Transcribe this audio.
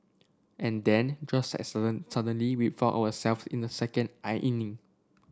and then just as sudden suddenly we found our self in the second inning